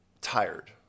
tired